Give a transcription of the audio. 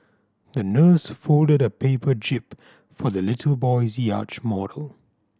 the nurse folded a paper jib for the little boy's yacht model